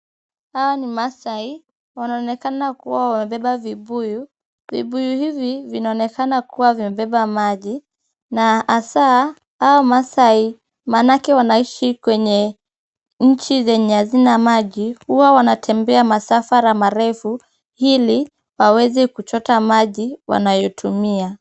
Hawa ni masai, wanaonekana kuwa wamebeba vibuyu. Vibuyu hivi vinaonekana kuwa vimebeba maji, na hasa hawa masai maanake wanaishi kwenye nchi zenye hazina maji, huwa wanatembea masafara marefu ili waweze kuchota maji wanayotumia.